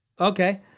Okay